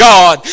God